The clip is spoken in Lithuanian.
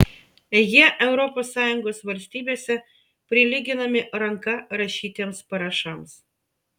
jie europos sąjungos valstybėse prilyginami ranka rašytiems parašams